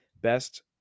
best